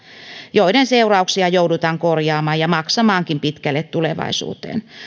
joiden seurauksia joudutaan korjaamaan ja maksamaankin pitkälle tulevaisuuteen